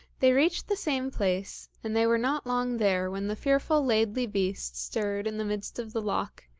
they reached the same place, and they were not long there when the fearful laidly beast stirred in the midst of the loch,